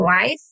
life